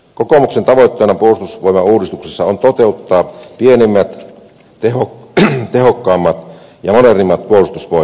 kokoomuksen tavoitteena puolustusvoimauudistuksessa on toteuttaa pienemmät tehokkaammat ja modernimmat puolustusvoimat